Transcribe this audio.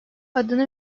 adını